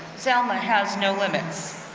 zelma has no limits.